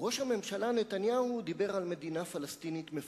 ראש הממשלה נתניהו דיבר על מדינה פלסטינית מפורזת,